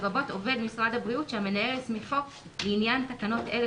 לרבות עובד משרד הבריאות שהמנהל הסמיכו לעניין תקנות אלה,